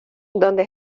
dónde